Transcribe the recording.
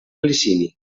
licini